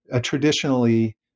traditionally